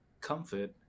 comfort